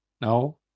No